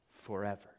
forever